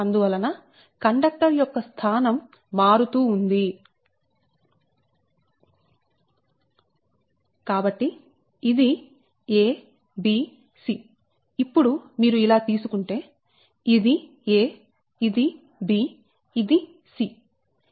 అందువలన కండక్టర్ యొక్క స్థానం మారుతూ ఉంది కాబట్టి ఇది a bc ఇప్పుడు మీరు ఇలా తీసుకుంటే ఇది a ఇది b ఇది c